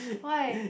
why